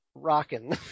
rocking